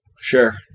Sure